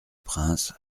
prince